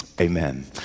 amen